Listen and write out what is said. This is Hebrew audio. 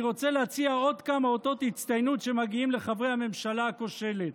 אני רוצה להציע עוד כמה אותות הצטיינות שמגיעים לחברי הממשלה הכושלת: